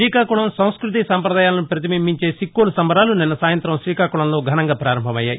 శ్రీకాకుళం సంస్మృతీ సాంప్రదాయాలను పతిబింబించే సిక్కోలు సంబరాలు నిన్న సాయంతం శ్రీకాకుళంలో ఘనంగా ప్రారంభమయ్యాయి